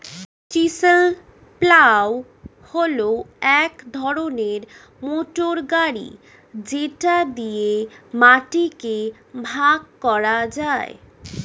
chisel plough হল এক ধরনের মোটর গাড়ি যেটা দিয়ে মাটিকে ভাগ করা যায়